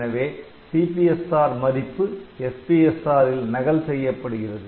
எனவே CPSR மதிப்பு SPSR ல் நகல் செய்யப்படுகிறது